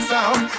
Sound